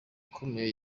akomeye